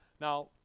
Now